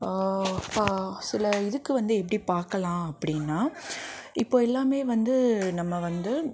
சில இதுக்கும் வந்து எப்படி பார்க்கலாம் அப்படின்னா இப்போ எல்லாமே வந்து நம்ம வந்து